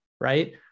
right